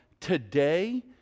today